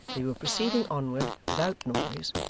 they were proceeding onward without noise,